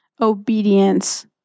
obedience